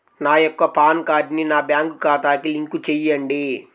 నా యొక్క పాన్ కార్డ్ని నా బ్యాంక్ ఖాతాకి లింక్ చెయ్యండి?